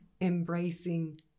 embracing